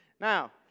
Now